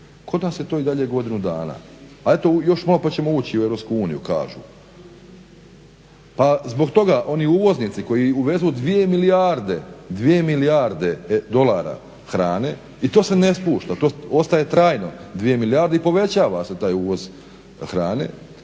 Kod nas je to i dalje godinu dana, a eto još malo pa ćemo ući u Europsku uniju kažu. Pa zbog toga oni uvoznici koji uvezu 2 milijarde dolara hrane i to se ne spušta, to ostaje trajno 2 milijarde i povećava se taj uvoz hrane,